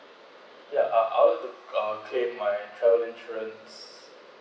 ya I'll I'll do uh claim my travel insurance